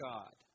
God